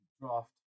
draft